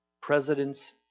presidents